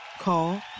Call